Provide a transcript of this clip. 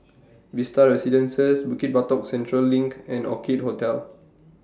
Vista Residences Bukit Batok Central LINK and Orchid Hotel